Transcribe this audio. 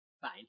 Fine